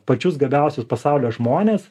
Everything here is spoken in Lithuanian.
pačius gabiausius pasaulio žmones